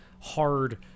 hard